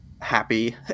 happy